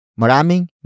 maraming